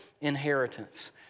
inheritance